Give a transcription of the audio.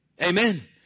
Amen